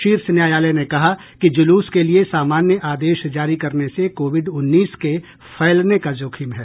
शीर्ष न्यायालय ने कहा कि जुलूस के लिए सामान्य आदेश जारी करने से कोविड उन्नीस के फैलने का जोखिम है